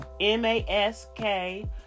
M-A-S-K